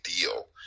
deal